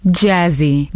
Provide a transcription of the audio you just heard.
jazzy